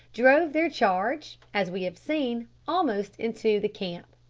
drove their charge, as we have seen, almost into the camp.